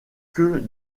que